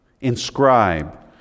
inscribe